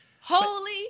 holy